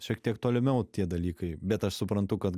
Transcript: šiek tiek tolimiau tie dalykai bet aš suprantu kad